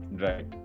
Right